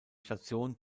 station